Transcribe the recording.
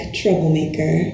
troublemaker